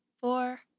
four